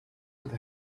with